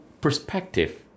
perspective